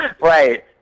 Right